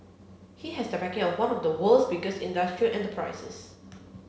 he has the backing of one of the world's biggest industrial enterprises